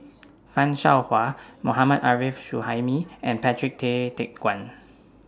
fan Shao Hua Mohammad Arif Suhaimi and Patrick Tay Teck Guan